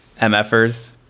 MFers